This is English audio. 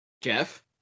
Jeff